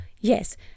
yes